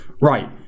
Right